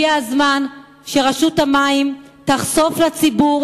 הגיע הזמן שרשות המים תחשוף לציבור